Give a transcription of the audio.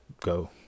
go